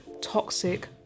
toxic